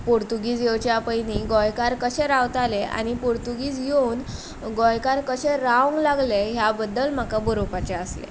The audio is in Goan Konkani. पोर्तुगीज येवच्या पयलीं गोंयकार कशें रावताले आनी पोर्तुगीज येवन गोंयकार कशें रावंक लागले ह्या बद्दल म्हाका बरोवपाचें आसलें